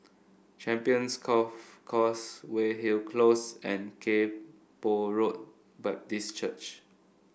Champions Golf Course Weyhill Close and Kay Poh Road Baptist Church